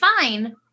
fine